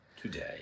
today